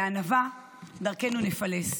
בענווה דרכנו נפלס.